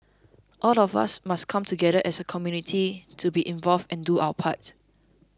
all of us must come together as a community to be involved and do our part